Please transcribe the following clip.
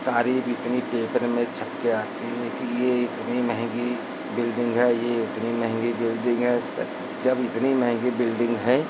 तारीफ़ इतनी पेपर में छप कर आती है कि यह इतनी महँगी बिल्डिंग है यह इतनी महँगी बिल्डिंग है जब इतनी महँगी बिल्डिंग हैं